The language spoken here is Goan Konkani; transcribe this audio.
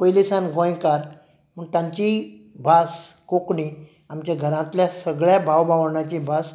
पयलीं सावन गोंयकार म्हूण तांची भास कोंकणी आमच्या घरांतल्या सगल्या भाव भावडांची भास